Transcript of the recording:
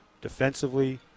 defensively